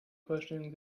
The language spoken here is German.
vorstellung